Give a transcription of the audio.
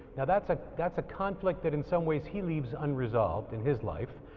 now that's like that's a conflict that in some ways he leaves unresolved in his life,